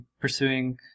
pursuing